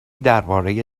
درباره